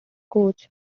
coach